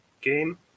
game